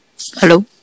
hello